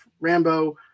Rambo